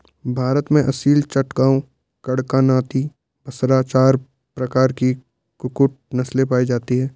भारत में असील, चटगांव, कड़कनाथी, बसरा चार प्रकार की कुक्कुट नस्लें पाई जाती हैं